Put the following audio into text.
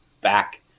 back